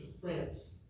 France